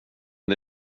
det